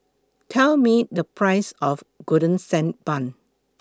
Tell Me The Price of Golden Sand Bun